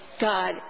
God